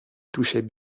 touchaient